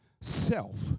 self